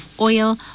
oil